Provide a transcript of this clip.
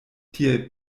tiel